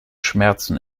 schmerzen